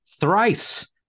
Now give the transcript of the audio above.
Thrice